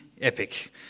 epic